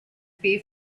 pay